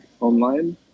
Online